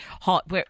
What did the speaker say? hot